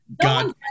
God